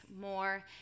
more